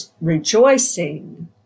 rejoicing